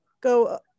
go